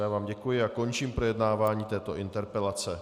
Já vám děkuji a končím projednávání této interpelace.